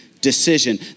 decision